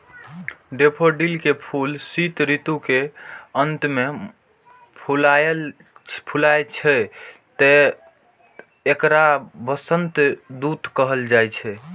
daffodil के फूल शीत ऋतु के अंत मे फुलाय छै, तें एकरा वसंतक दूत कहल जाइ छै